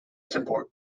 support